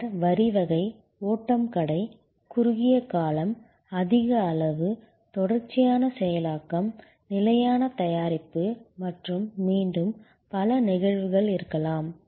பின்னர் வரி வகை ஓட்டம் கடை குறுகிய காலம் அதிக அளவு தொடர்ச்சியான செயலாக்கம் நிலையான தயாரிப்பு மற்றும் மீண்டும் பல நிகழ்வுகள் இருக்கலாம்